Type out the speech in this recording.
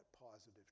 positive